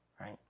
Right